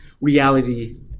reality